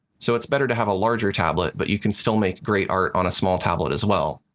so it's better to have a larger tablet, but you can still make great art on a small tablet as well.